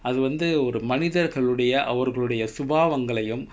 அது வந்து ஒரு மனிதர்களுடைய சுபாவங்களையும்:athu vanthu oru manitharkaludaiya subaavangkalaiyum